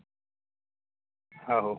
आहो